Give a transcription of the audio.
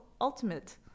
ultimate